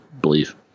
believe